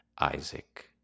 Isaac